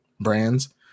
brands